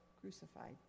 crucified